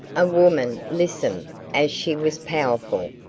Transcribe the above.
a woman lissome as she was powerful,